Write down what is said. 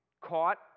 caught